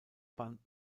bahn